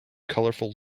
colorful